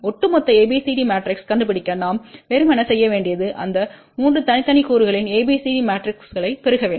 ஒட்டுமொத்த ABCD matrix கண்டுபிடிக்க நாம் வெறுமனே செய்ய வேண்டியது இந்த 3 தனித்தனி கூறுகளின் ABCD மெட்ரிக்குகளை பெருக்க வேண்டும்